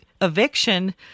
eviction